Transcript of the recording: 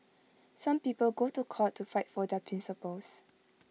some people go to court to fight for their principles